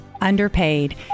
underpaid